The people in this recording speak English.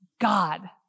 God